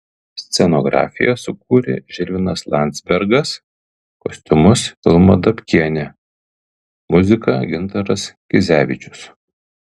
scenografiją sukūrė žilvinas landzbergas kostiumus vilma dabkienė muziką gintaras kizevičius